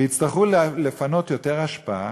ויצטרכו לפנות יותר אשפה,